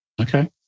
Okay